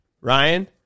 Ryan